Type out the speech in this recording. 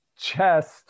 chest